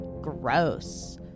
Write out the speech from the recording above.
gross